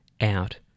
out